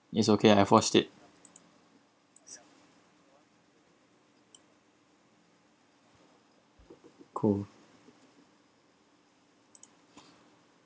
it's okay I've watched it cool